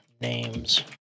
names